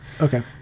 Okay